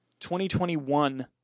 2021